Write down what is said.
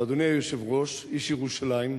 ואדוני היושב-ראש, איש ירושלים,